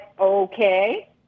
Okay